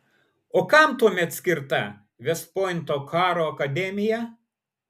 o kam tuomet skirta vest pointo karo akademija